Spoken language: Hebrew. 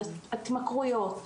התמכרויות,